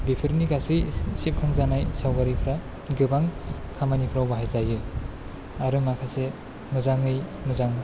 बेफोरनि गासै सेबखां जानाय सावगारिफोरा गोबां खामानिफोराव बाहाय जायो आरो माखासे मोजाङै मोजां